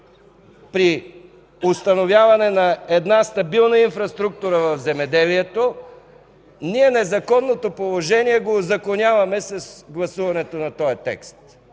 при постановяване на стабилна инфраструктура в земеделието, незаконното положение го узаконяваме с гласуването на този текст.